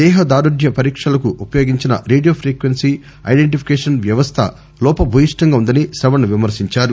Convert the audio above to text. దేహ దారుఢ్య పరీక్షలకు ఉపయోగించిన రేడియో ఫ్రీక్వెన్సీ ఐడెంటిఫికేషన్ వ్యవస్థ లోప భూయిష్టంగా వుందని శ్రవణ్ విమర్పించారు